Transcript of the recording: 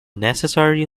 necessary